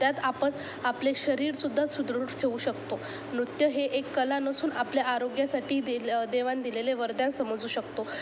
त्यात आपण आपले शरीरसुद्धा सुदृढ ठेऊ शकतो नृत्य हे एक कला नसून आपल्या आरोग्यासाठी देलं देवाने दिलेले वरदान समजू शकतो